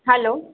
hello